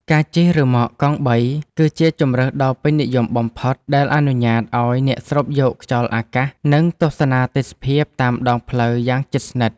ការជិះរ៉ឺម៉កកង់បី គឺជាជម្រើសដ៏ពេញនិយមបំផុត ដែលអនុញ្ញាតឱ្យអ្នកស្រូបយកខ្យល់អាកាស និងទស្សនាទេសភាពតាមដងផ្លូវយ៉ាងជិតស្និទ្ធ។